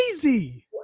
crazy